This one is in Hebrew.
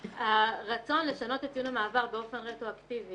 הרצון לשנות את ציון המעבר באופן רטרואקטיבי,